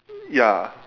ya